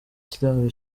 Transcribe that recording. kiraro